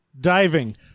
diving